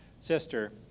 sister